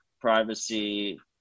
privacy